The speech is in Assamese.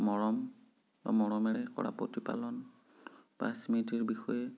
মৰম বা মৰমেৰে কৰা প্ৰতিপালন বা স্মৃতিৰ বিষয়ে